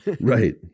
Right